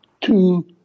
two